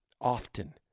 often